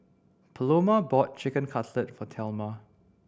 Paloma bought Chicken Cutlet for Thelma